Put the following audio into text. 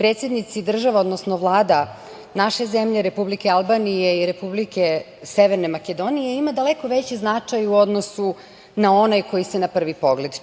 predsednici država, odnosno Vlada naše zemlje, Republike Albanije i Republike Severne Makedonije ima daleko veći značaj u odnosu na onaj koji se na prvi pogled